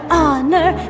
honor